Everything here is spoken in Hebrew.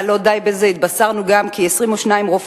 אבל לא די בזה: התבשרנו גם כי 22 רופאים,